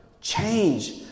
change